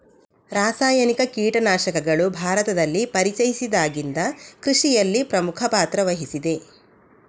ರಾಸಾಯನಿಕ ಕೀಟನಾಶಕಗಳು ಭಾರತದಲ್ಲಿ ಪರಿಚಯಿಸಿದಾಗಿಂದ ಕೃಷಿಯಲ್ಲಿ ಪ್ರಮುಖ ಪಾತ್ರ ವಹಿಸಿದೆ